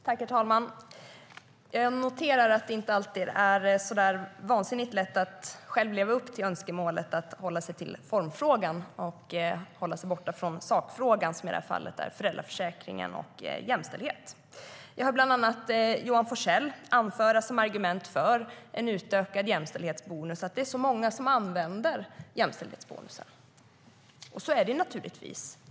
Herr talman! Jag noterar att det inte alltid är så lätt att själv leva upp till önskemålet att hålla sig till formfrågan och hålla sig borta från sakfrågan, som i det här fallet handlar om föräldraförsäkringen och jämställdhet. Jag hörde Johan Forssell som argument för en utökad jämställdhetsbonus anföra att det är så många som använder den, och så är det naturligtvis.